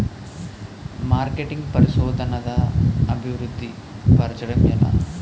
marketing పరిశోధనదా అభివృద్ధి పరచడం ఎలా